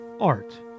Art